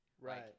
Right